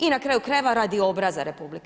I na kraju krajeva, radi obraza RH.